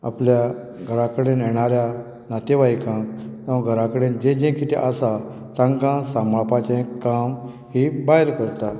आपल्या घरा कडेन येणाऱ्या नातेवायकांक वा घरा कडेन जें जें कितें आसा तांकां सांबाळपाचें काम ही एक बायल करता